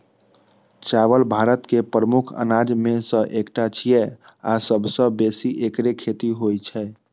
चावल भारत के प्रमुख अनाज मे सं एकटा छियै आ सबसं बेसी एकरे खेती होइ छै